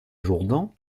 jourdan